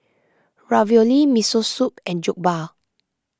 Ravioli Miso Soup and Jokbal